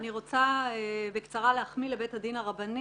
אני רוצה בקצרה להחמיא לבית הדין הרבני